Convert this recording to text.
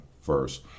first